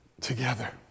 together